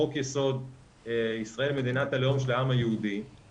התמצית הוא שחוק היסוד החדש להבנתנו לא גורע מזכויות הפרט של האנשים,